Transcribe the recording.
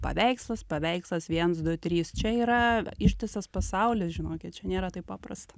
paveikslas paveikslas viens du trys čia yra ištisas pasaulis žinokit čia nėra taip paprasta